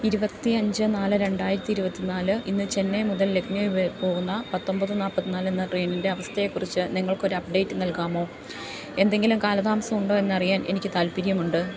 ഇരുപത്തി അഞ്ച് നാല് രണ്ടായിരത്തി ഇരുപത്തിനാല് ഇന്ന് ചെന്നൈ മുതൽ ലക്നവ് പോകുന്ന പത്തൊമ്പത് നാൽപ്പത്തിനാല് എന്ന ട്രെയിനിൻ്റെ അവസ്ഥയെക്കുറിച്ച് നിങ്ങൾക്ക് ഒരു അപ്ഡേറ്റ് നൽകാമോ എന്തെങ്കിലും കാലതാമസം ഉണ്ടോ എന്നറിയാൻ എനിക്ക് താൽപ്പര്യമുണ്ട്